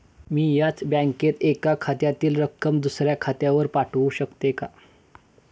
मी याच बँकेत एका खात्यातील रक्कम दुसऱ्या खात्यावर पाठवू शकते का?